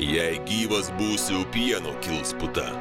jei gyvas būsiu pieno kils puta